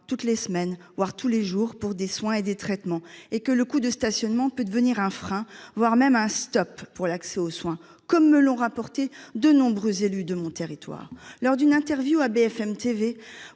toutes les semaines, voire tous les jours, pour des soins et des traitements, et que le coût de stationnement peut devenir un frein, voire un stop à l'accès aux soins, ainsi que me l'ont rapporté de nombreux élus de mon territoire. Au cours d'une interview à BFM TV,